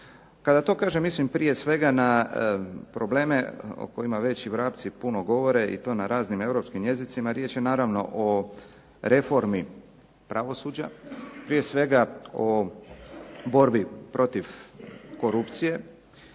Kada to kažem mislim prije svega na probleme o kojima već i vrapci puno govore i to na raznim europskim jezicima, riječ je naravno o reformi pravosuđa. Prije svega o borbi protiv korupcije,